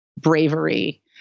bravery